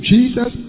Jesus